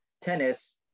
tennis